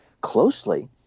closely